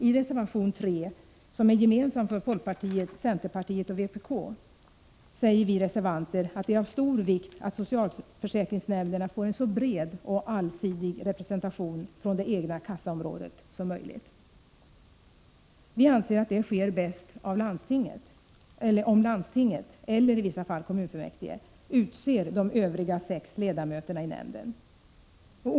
I reservation 3, som är gemensam för folkpartiet, centerpartiet och vpk, säger vi reservanter att det är av stor vikt att socialförsäkringsnämnderna får en så bred och allsidig representation från det egna kassaområdet som möjligt. Vi anser att det sker bäst om landstinget — eller i vissa fall kommunfullmäktige — utser de sex ledamöter i nämnden som inte utses av regeringen.